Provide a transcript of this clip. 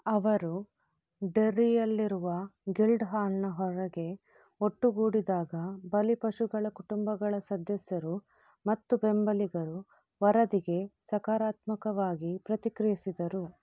ಅವರು ಡರ್ರಿಯಲ್ಲಿರುವ ಗಿಲ್ಡ್ಹಾಲ್ನ ಹೊರಗೆ ಒಟ್ಟುಗೂಡಿದಾಗ ಬಲಿಪಶುಗಳ ಕುಟುಂಬಗಳ ಸದಸ್ಯರು ಮತ್ತು ಬೆಂಬಲಿಗರು ವರದಿಗೆ ಸಕಾರಾತ್ಮಕವಾಗಿ ಪ್ರತಿಕ್ರಿಯಿಸಿದರು